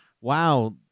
Wow